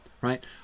right